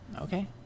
Okay